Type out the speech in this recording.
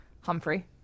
Humphrey